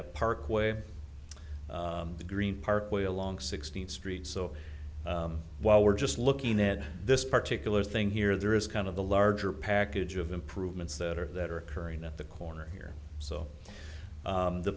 the parkway the green parkway along sixteenth street so while we're just looking at this particular thing here there is kind of the larger package of improvements that are that are occurring at the corner here so